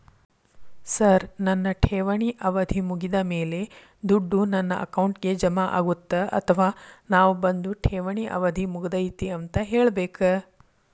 Sir ನನ್ನ ಠೇವಣಿ ಅವಧಿ ಮುಗಿದಮೇಲೆ, ದುಡ್ಡು ನನ್ನ ಅಕೌಂಟ್ಗೆ ಜಮಾ ಆಗುತ್ತ ಅಥವಾ ನಾವ್ ಬಂದು ಠೇವಣಿ ಅವಧಿ ಮುಗದೈತಿ ಅಂತ ಹೇಳಬೇಕ?